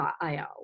.io